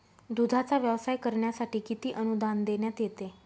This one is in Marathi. दूधाचा व्यवसाय करण्यासाठी किती अनुदान देण्यात येते?